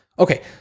Okay